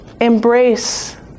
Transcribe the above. embrace